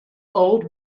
old